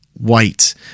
white